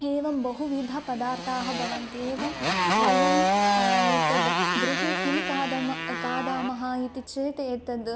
एवं बहुविधपदार्थाः भवन्ति एवं वयम् एतद् गृहे किं खादामः खादामः इति चेत् एतद्